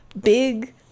big